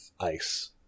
ice